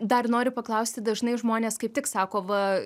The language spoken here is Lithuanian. dar noriu paklausti dažnai žmonės kaip tik sako va